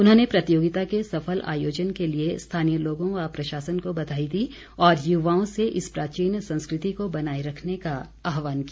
उन्होंने प्रतियोगिता के सफल आयोजन के लिए स्थानीय लोगों व प्रशासन को बधाई दी और युवाओं से इस प्राचीन संस्कृति को बनाए रखने का आह्वान किया